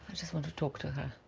just want to talk to her.